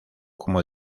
como